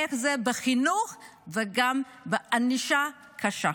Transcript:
הן בחינוך והן בענישה קשה.